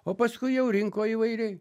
o paskui jau rinko įvairiai